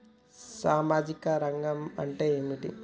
సామాజిక రంగం అంటే ఏమిటి?